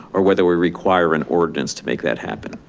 or whether we require an ordinance to make that happen.